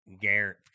Garrett